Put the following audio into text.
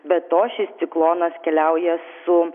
be to šis ciklonas keliauja su